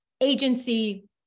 agency